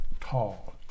tall